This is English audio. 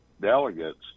delegates